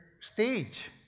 stage